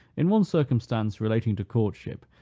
in one circumstance relating to courtship,